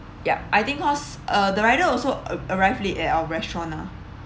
yup I think cause uh the rider also a~ arrived late at our restaurant ah